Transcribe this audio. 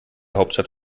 hauptstadt